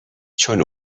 چون